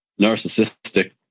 narcissistic